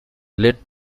led